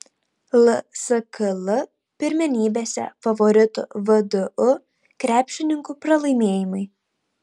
lskl pirmenybėse favoritų vdu krepšininkų pralaimėjimai